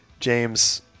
James